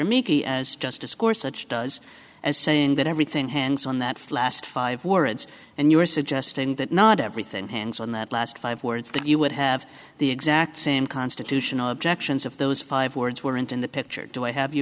miki as justice course such does as saying that everything hangs on that flask five words and you are suggesting that not everything hangs on that last five words that you would have the exact same constitutional objections of those five words weren't in the picture do i have